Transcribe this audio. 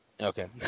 Okay